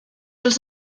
els